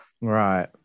Right